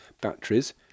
batteries